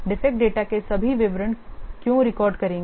defect data के सभी विवरण क्यों रिकॉर्ड करेंगे